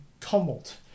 tumult